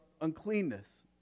uncleanness